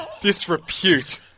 disrepute